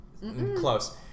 close